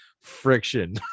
Friction